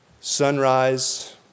Sunrise